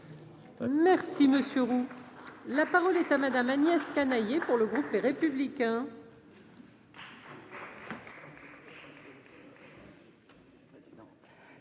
Merci monsieur Roux, la parole est à Madame Agnès Canayer pour le groupe Les Républicains.